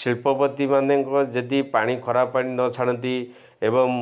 ଶିଳ୍ପପତିମାନଙ୍କ ଯଦି ପାଣି ଖରାପ ପାଣି ନଛାଡ଼ନ୍ତି ଏବଂ